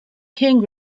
king